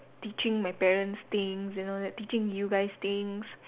teaching my parents things you know that teaching you guys things